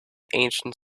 ancient